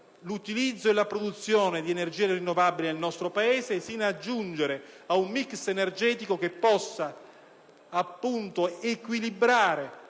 l'utilizzo e la produzione di energia rinnovabile nel nostro Paese fino a raggiungere un *mix* energetico che possa equilibrare